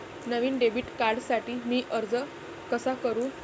नवीन debit कार्डसाठी मी अर्ज कसा करू?